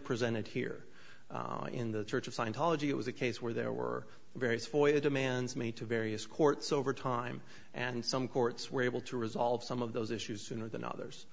presented here in the church of scientology it was a case where there were various foyer demands made to various courts over time and some courts were able to resolve some of those issues sooner than others